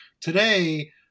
Today